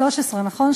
13, נכון?